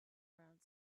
around